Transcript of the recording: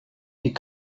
wie